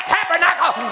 Tabernacle